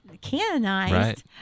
canonized